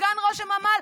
סגן ראש הממ"ל,